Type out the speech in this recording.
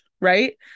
right